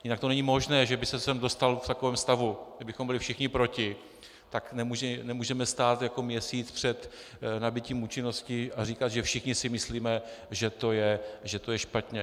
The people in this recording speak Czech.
Jinak to není možné, že by se sem dostal v takovém stavu, kdy bychom byli všichni proti, tak nemůžeme stát měsíc před nabytím účinnosti a říkat, že všichni si myslíme, že to je špatně.